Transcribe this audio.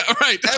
right